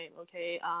okay